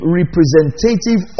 representative